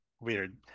weird